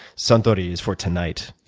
suntory is for tonight.